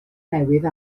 newydd